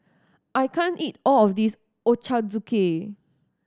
I can't eat all of this Ochazuke